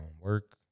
work